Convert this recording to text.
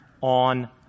on